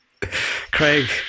Craig